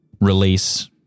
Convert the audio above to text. release